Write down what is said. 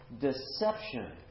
deception